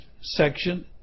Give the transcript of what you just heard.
section